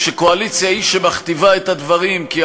הרי אנחנו לא יכולים להביא למצב שהכנסת לא תסיים את הדברים שהיא